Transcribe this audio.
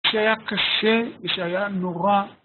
‫שהיה קשה ושהיה נורא.